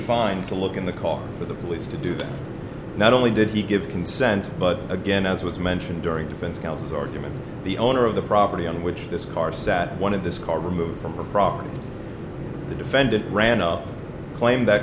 fine to look in the car for the police to do that not only did he give consent but again as was mentioned during defense counsel's argument the owner of the property on which this car sat one of this car removed from the property the defendant ran up claimed that